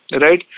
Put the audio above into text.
right